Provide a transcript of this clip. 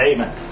Amen